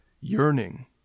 yearning